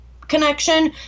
connection